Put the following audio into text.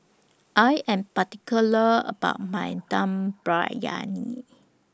I Am particular about My Dum Briyani